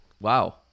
Wow